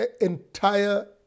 entire